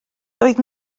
doedd